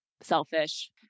Selfish